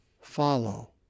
follow